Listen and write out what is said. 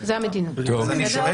איפה טורקיה?